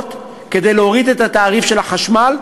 העלויות כדי להוריד את תעריף החשמל,